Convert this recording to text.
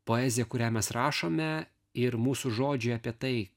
poezija kurią mes rašome ir mūsų žodžiai apie tai